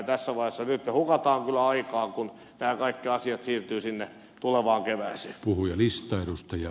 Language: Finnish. nyt me hukkaamme kyllä aikaa kun nämä kaikki asiat siirtyvät sinne tulevaan kevääseen